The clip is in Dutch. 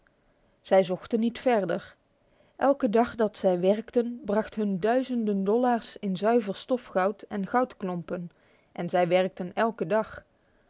zij zochten niet verder elke dag dat zij werkten bracht hun duizenden dollars in zuiver stofgoud en goudklompen en zij werkten elke dag